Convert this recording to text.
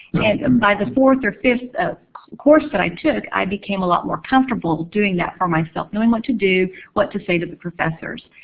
and um by the fourth or fifth course that i took, i became a lot more comfortable doing that for myself. knowing what to do, what to say to the professors.